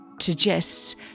suggests